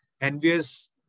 envious